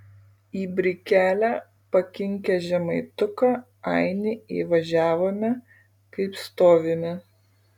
į brikelę pakinkę žemaituką ainį išvažiavome kaip stovime